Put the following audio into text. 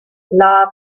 law